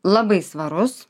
labai svarus